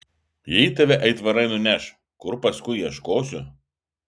jei tave aitvarai nuneš kur paskui ieškosiu